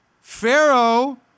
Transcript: Pharaoh